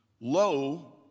Lo